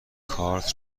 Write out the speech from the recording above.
کارت